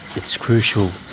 it's crucial